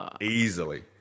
Easily